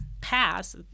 pass